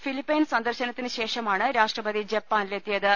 Philippines സന്ദർശന ത്തിന് ശേഷമാണ് രാഷ്ട്രപതി ജപ്പാനിലെത്തിയത്